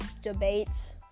debates